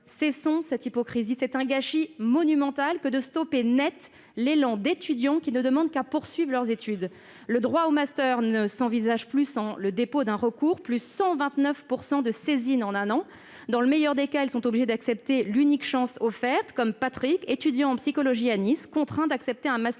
Cessons cette hypocrisie ! C'est un gâchis monumental que de stopper net l'élan d'étudiants qui ne demandent qu'à poursuivre leurs études. Le droit au master ne s'envisage plus sans le dépôt d'un recours- le nombre de saisines a crû de 129 % en un an. Dans le meilleur des cas, les étudiants sont obligés d'accepter l'unique « chance » offerte ; ainsi de Patrick, étudiant en psychologie à Nice, contraint d'accepter un master